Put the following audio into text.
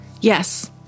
Yes